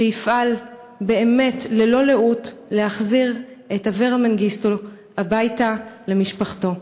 שיפעל באמת ללא לאות להחזיר את אברה מנגיסטו הביתה למשפחתו.